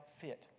fit